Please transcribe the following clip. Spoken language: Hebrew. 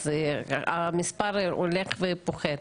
המספר הולך ופוחת.